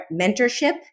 Mentorship